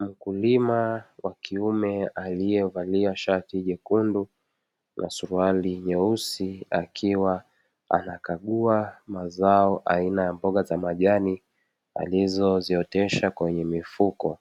Mkulima wa kiume aliyevalia shati jekundu na suruali nyeusi, akiwa anakagua mazao aina ya mboga za majani; alizoziotesha kwenye mifuko.